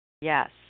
Yes